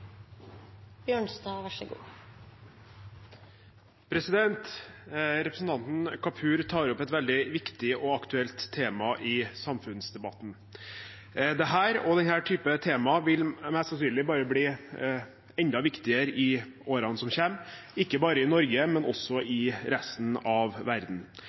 Representanten Kapur tar opp et veldig viktig og aktuelt tema i samfunnsdebatten. Dette og denne typen temaer vil mest sannsynlig bare bli enda viktigere i årene som kommer, ikke bare i Norge, men også i resten av verden.